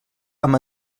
amb